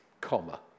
comma